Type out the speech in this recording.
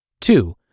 Two